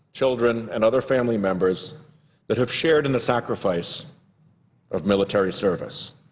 children, and other family members that have shared in the sacrifice of military service.